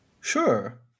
Sure